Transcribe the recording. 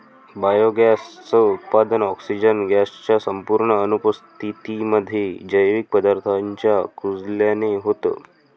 biogas च उत्पादन, oxygen gas च्या संपूर्ण अनुपस्थितीमध्ये, जैविक पदार्थांच्या कुजल्याने होतं